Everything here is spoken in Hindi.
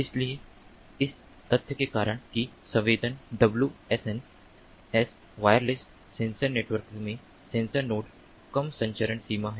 इसलिए इस तथ्य के कारण कि संवेदक WSNs वायरलेस सेंसर नेटवर्क में सेंसर नोड्स कम संचरण सीमा है